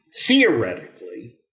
theoretically